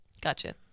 Gotcha